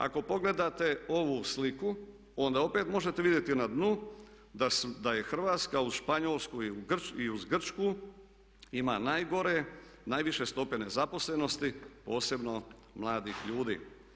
Ako pogledate ovu sliku onda opet možete vidjeti na dnu da je Hrvatska uz Španjolsku i uz Grčku ima najgore, najviše stope nezaposlenosti, posebno mladih ljudi.